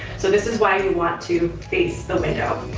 so this is why we want to face the window.